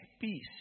peace